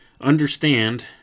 understand